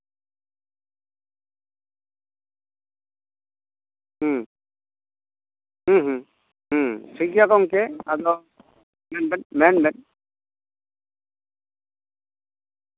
ᱦᱩᱸ ᱦᱩᱸ ᱦᱩᱸ ᱦᱩᱸ ᱴᱷᱤᱠ ᱜᱮᱭᱟ ᱜᱚᱝᱠᱮ ᱟᱫᱚ ᱢᱮᱱᱵᱮᱱ